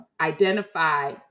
identify